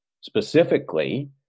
specifically